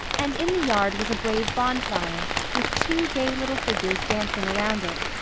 and in the yard was a brave bonfire with two gay little figures dancing around it,